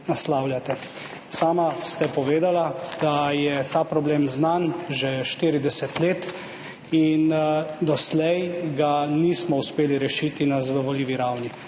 Sami ste povedali, da je ta problem znan že 40 let indoslej ga nismo uspeli rešiti na zadovoljivi ravni,